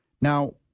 Now